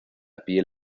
piel